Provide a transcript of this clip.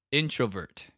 introvert